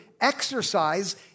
exercise